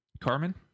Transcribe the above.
Carmen